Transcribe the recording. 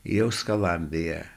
jau skalambija